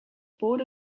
board